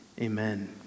Amen